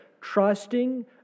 trusting